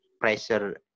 pressure